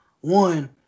one